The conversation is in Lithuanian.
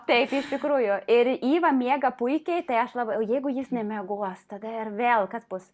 taip iš tikrųjų ir iva miega puikiai tai aš labai o jeigu jis nemiegos tada ir vėl kas bus